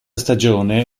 stagione